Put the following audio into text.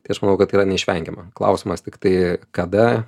tai aš manau kad tai yra neišvengiama klausimas tiktai kada